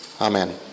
Amen